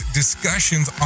discussions